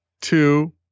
two